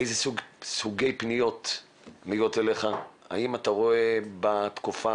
איזה סוגי פניות מגיעות אליך, האם אתה רואה בתקופה